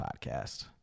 podcast